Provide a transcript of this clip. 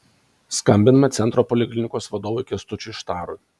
skambiname centro poliklinikos vadovui kęstučiui štarui